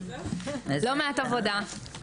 לא מעט עבודה,